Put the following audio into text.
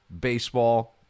baseball